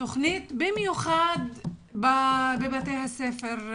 במיוחד בבתי הספר,